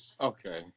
okay